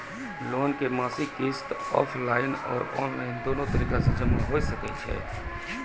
Loan के मासिक किस्त ऑफलाइन और ऑनलाइन दोनो तरीका से जमा होय लेली सकै छै?